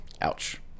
Ouch